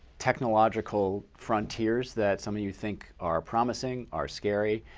technological frontiers that some of you think are promising, are scary.